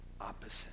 opposite